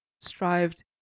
strived